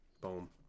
Boom